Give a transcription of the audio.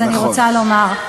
אז אני רוצה לומר,